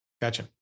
Gotcha